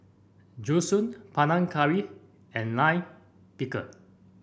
Zosui Panang Curry and Lime Pickle